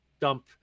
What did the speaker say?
dump